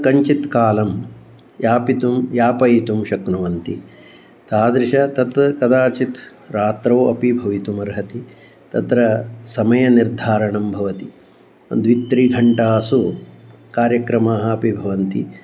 किञ्चित् कालं यापयितुं यापयितुं शक्नुवन्ति तादृशं तत् कदाचित् रात्रौ अपि भवितुम् अर्हति तत्र समयनिर्धारणं भवति द्वित्रिघण्टासु कार्यक्रमाः अपि भवन्ति